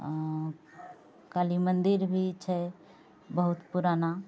काली मन्दिर भी छै बहुत पुराना